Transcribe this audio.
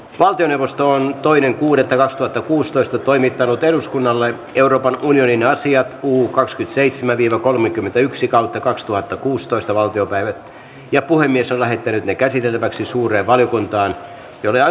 valtioneuvosto on toinen kuudetta lastattu kuustoista toimittanut eduskunnalle euroopan unionin asia kuulu kakskytseitsemän viro kolmekymmentäyksi kautta kaksituhattakuusitoista valtiopäivät ja puhemies on lähettänyt ne käsiteltäväksi suureen valiokuntaan jolle on